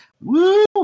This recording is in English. Woo